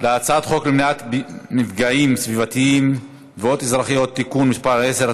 על הצעת חוק למניעת מפגעים סביבתיים (תביעות אזרחיות) (תיקן מס' 10),